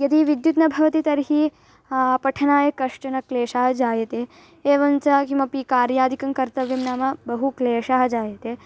यदि विद्युत् न भवति तर्हि पठनाय कश्चन क्लेशः जायते एवञ्च किमपि कार्यादिकं कर्तव्यं नाम बहु क्लेशः जायते